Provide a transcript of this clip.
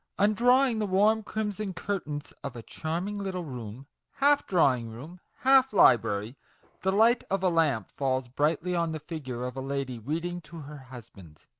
undrawing the warm crimson curtains of a charming little room half drawing-room, half library the light of a lamp falls brightly on the figure of a lady reading to her husband.